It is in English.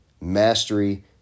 mastery